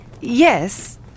Yes